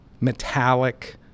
metallic